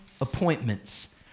appointments